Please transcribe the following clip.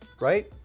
right